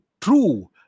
true